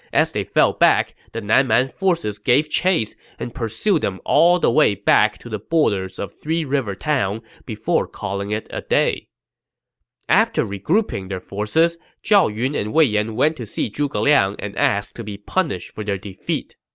as they fell back, the nan man forces gave chase and pursued them all the way back to the borders of three river town before calling it a day after regrouping their forces, zhao yun and wei yan went to see zhuge liang and asked to be punished for their defeat